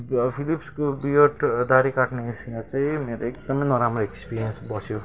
फिलिप्सको beard दाह्री काट्ने मेसिनमा चाहिँ मेरो एकदमै नराम्रो इक्सपिरियन्स बस्यो